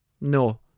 no